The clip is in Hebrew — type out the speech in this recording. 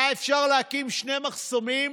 היה אפשר להקים שני מחסומים,